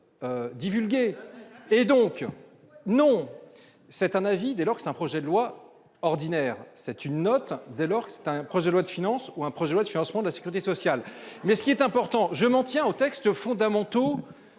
Divulguées et donc non. C'est un avis dès lors que c'est un projet de loi ordinaire. C'est une note dès lors que c'est un projet de loi de finances ou un projet de loi de financement de la Sécurité sociale mais ce qui est important, je m'en tiens aux textes fondamentaux